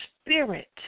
spirit